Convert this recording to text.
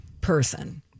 person